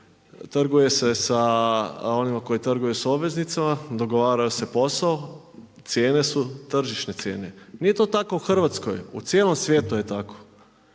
trguju s obveznicama, dogovara se posao, cijene su tržišne cijene. Nije to tako u Hrvatskoj u cijelom svijetu je tako.